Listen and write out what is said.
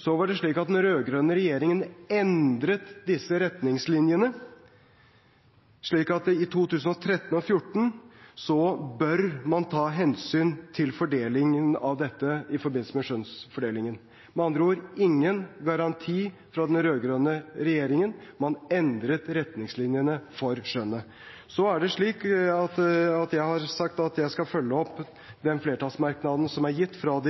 Så endret den rød-grønne regjeringen disse retningslinjene, slik at man i 2013 og 2014 bør ta hensyn til dette i forbindelse med skjønnsfordelingen. Med andre ord: ingen garanti fra den rød-grønne regjeringen, man endret retningslinjene for skjønnet. Jeg har sagt at jeg skal følge opp den flertallsmerknaden som er gitt fra